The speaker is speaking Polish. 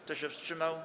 Kto się wstrzymał?